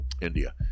India